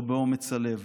לא באומץ הלב,